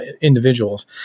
individuals